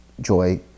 joy